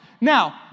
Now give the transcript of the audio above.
Now